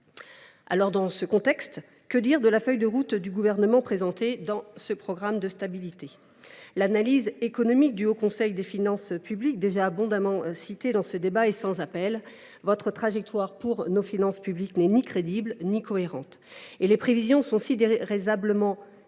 pied. Dans ce contexte, que dire de la feuille de route du Gouvernement présentée dans ce programme de stabilité ? L’analyse économique du Haut Conseil des finances publiques, déjà abondamment citée, est sans appel : votre trajectoire pour nos finances publiques n’est ni crédible ni cohérente et vos prévisions sont si déraisonnablement